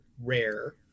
rare